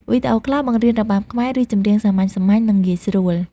វីដេអូខ្លះបង្រៀនរបាំខ្មែរ ឬចម្រៀងសាមញ្ញៗ និង ងាយស្រួល។